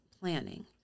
planning